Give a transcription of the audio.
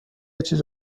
چیز